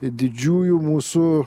didžiųjų mūsų